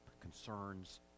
concerns